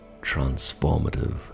transformative